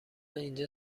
اینجا